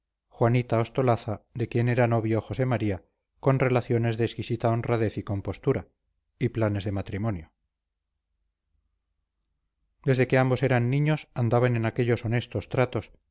juanita ostolaza de quien era novio josé maría con relaciones de exquisita honradez y compostura y planes de matrimonio desde que ambos eran niños andaban en aquellos honestos tratos